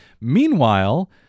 Meanwhile